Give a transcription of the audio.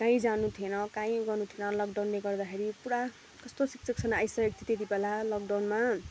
काहीँ जानु थिएन काहीँ गर्नु थिएन लकडाउनले गर्दाखेरि पुरा कस्तो सिच्वेसन आइसकेको थियो त्यति बेला लकडाउनमा